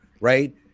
right